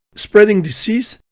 spreading disease,